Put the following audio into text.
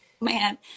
man